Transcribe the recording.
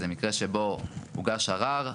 זה מקרה שבו הוגש ערער,